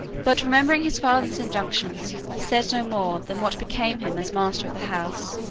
but remembering his father's injunctions, said no more than what became him as master of the house,